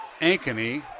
Ankeny